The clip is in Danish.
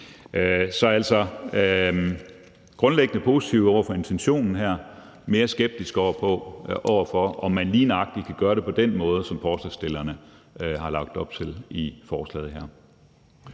vi er altså grundlæggende positive over for intentionen her, men mere skeptiske over for, om man lige nøjagtig kan gøre det på den måde, som forslagsstillerne har lagt op til i forslaget her.